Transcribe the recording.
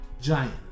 giant